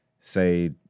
say